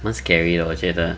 蛮 scary 的我觉得